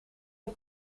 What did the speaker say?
het